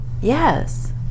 yes